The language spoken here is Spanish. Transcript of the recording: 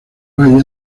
valle